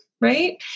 right